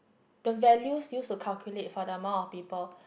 the values use to calculate for the amount of people